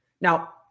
Now